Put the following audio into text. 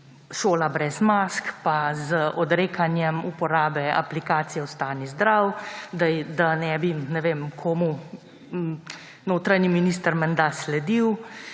Šola brez mask pa z odrekanjem uporabe aplikacije Ostani zdrav, da ne bi komu notranji minister menda sledil.